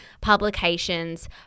publications